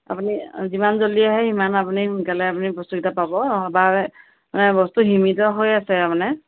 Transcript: আপুনি যিমান জল্দি আহে সিমান আপুনি সোনকালে আপুনি বস্তুকেইটা পাব বা মানে বস্তু সীমিত হৈ আছে মানে